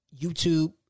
YouTube